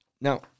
Now